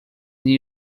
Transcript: new